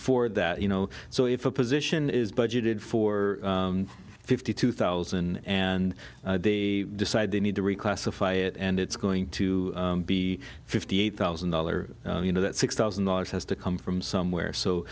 for that you know so if a position is budgeted for fifty two thousand and they decide they need to reclassify it and it's going to be fifty eight thousand dollars you know that six thousand dollars has to come from somewhere so